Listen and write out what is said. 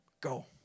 go